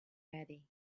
ready